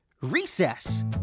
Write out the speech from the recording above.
Recess